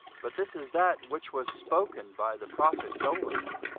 but this is that which was spoken by the prophet joel